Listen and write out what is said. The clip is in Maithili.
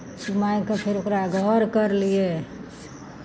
चुमाय कऽ फेर ओकरा घर करलियै